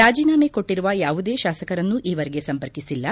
ರಾಜೀನಾಮೆ ಕೊಟ್ಟರುವ ಯಾವುದೇ ಶಾಸಕರನ್ನು ಈವರೆಗೆ ಸಂಪರ್ಕಿಸಿಲ್ಲ